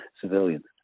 civilians